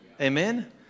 Amen